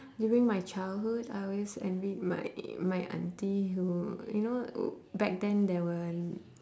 during my childhood I always envied my my aunty who you know back then there were